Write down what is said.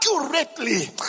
accurately